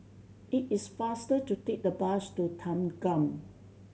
it is faster to take the bus to Thanggam